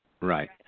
Right